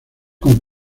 con